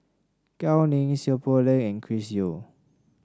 Gao Ning Seow Poh Leng and Chris Yeo